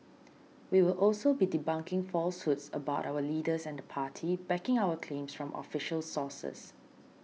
we will also be debunking falsehoods about our leaders and the party backing our claims from official sources